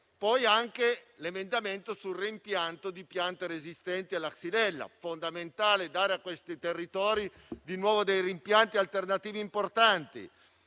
poi l'emendamento sul reimpianto di piante resistenti alla *xylella*. È fondamentale dare ai territori interessati dei reimpianti alternativi importanti.